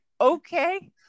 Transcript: okay